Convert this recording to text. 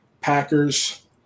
Packers